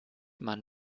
man